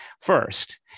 first